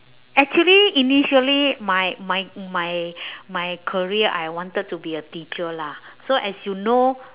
actually initially my my my my career I wanted to be a teacher lah so as you know